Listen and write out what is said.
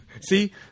See